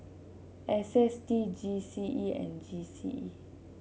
S S T G C E and G C E